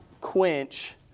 quench